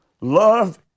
Love